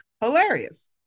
Hilarious